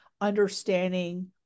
understanding